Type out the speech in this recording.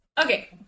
Okay